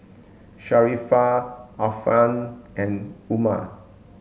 Sharifah Alfian and Umar